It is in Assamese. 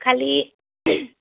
খালী